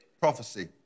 prophecy